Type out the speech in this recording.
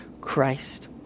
Christ